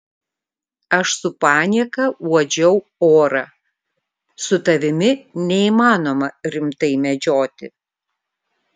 aš su panieka uodžiau orą su tavimi neįmanoma rimtai medžioti